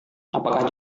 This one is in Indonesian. apakah